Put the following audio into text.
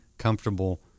comfortable